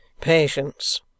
patience